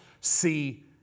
See